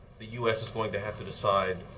the u s. is going to have to decide